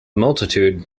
multitude